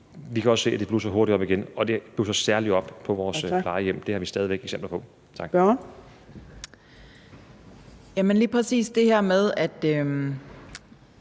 vi kan også se, at det blusser hurtigt op igen, og det blusser særlig op på vores plejehjem. Det har vi stadig væk eksempler på. Tak. Kl. 14:59 Fjerde